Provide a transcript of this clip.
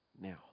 now